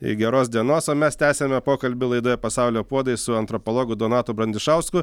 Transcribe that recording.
geros dienos o mes tęsiame pokalbių laidoje pasaulio puodai su antropologu donatu brandišausku